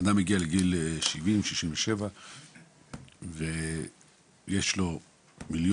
אדם מגיע לגיל 67-70 ויש לו מיליון,